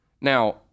Now